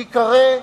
ייקרא: